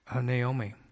Naomi